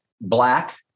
black